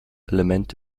element